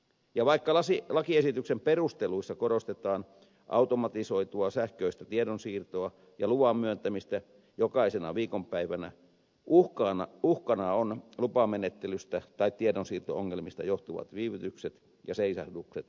ja vaikka lakiesityksen perusteluissa korostetaan automatisoitua sähköistä tiedonsiirtoa ja luvan myöntämistä jokaisena viikonpäivänä uhkana ovat lupamenettelystä tai tiedonsiirto ongelmista johtuvat viivytykset ja seisahdukset liikenteessä